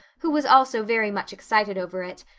who was also very much excited over it,